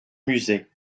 musée